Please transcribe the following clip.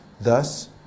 Thus